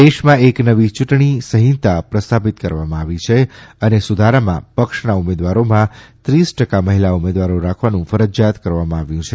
દેશમાં એક નવી ચૂંટણી સંહિતા પ્રસ્થાપિત કરવામાં આવી છે અને સુધારામાં પક્ષના ઉમેદવારોમાં ત્રીસ ટકા મહિલા ઉમેદવારો રાખવાનું ફરજિયાત કરવામાં આવ્યું છે